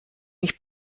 mich